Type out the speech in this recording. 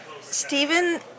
Stephen